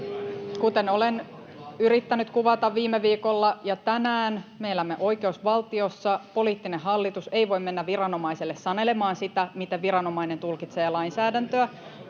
kuten olen yrittänyt kuvata viime viikolla ja tänään, me elämme oikeusvaltiossa. Poliittinen hallitus ei voi mennä viranomaiselle sanelemaan sitä, miten viranomainen tulkitsee lainsäädäntöä.